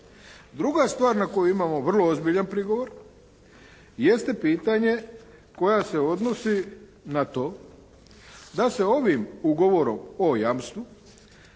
Druga stvar na koju imamo vrlo ozbiljan prigovor jeste pitanje koja se odnosi na to da se ovim ugovorom o jamstvu